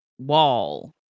wall